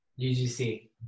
UGC